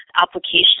application